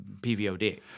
PVOD